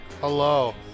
Hello